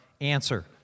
answer